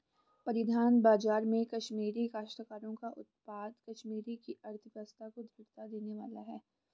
परिधान बाजार में कश्मीरी काश्तकारों का उत्पाद कश्मीर की अर्थव्यवस्था को दृढ़ता देने वाला है